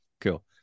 Cool